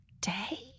day